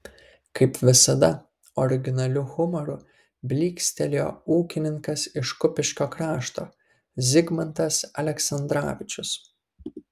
kaip visada originaliu humoru blykstelėjo ūkininkas iš kupiškio krašto zigmantas aleksandravičius